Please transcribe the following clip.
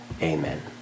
Amen